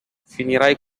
finirai